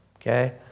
okay